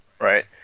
Right